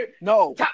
No